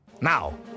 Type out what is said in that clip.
Now